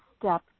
step